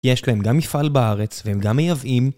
יש להם גם מפעל בארץ והם גם מייבאים.